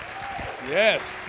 yes